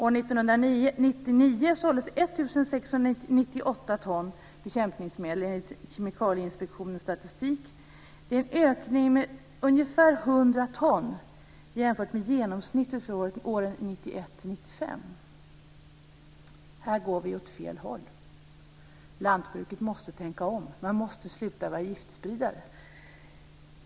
År 1999 såldes 1 698 ton bekämpningsmedel enligt Kemikalieinspektionens statistik. Det är en ökning med ungefär 100 ton jämfört med genomsnittet för åren 1991-1995. Här går vi åt fel håll. Lantbruket måste tänka om och sluta att vara giftspridare.